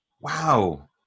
Wow